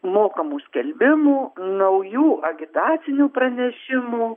mokamų skelbimų naujų agitacinių pranešimų